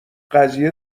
قضیه